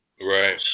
Right